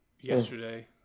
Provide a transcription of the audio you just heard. yesterday